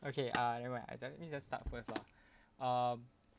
okay uh never mind let me just start first lah um